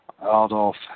Adolf